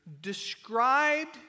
described